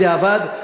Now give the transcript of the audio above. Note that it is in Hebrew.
בדיעבד,